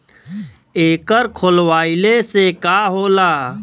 एकर खोलवाइले से का होला?